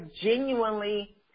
genuinely